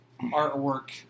artwork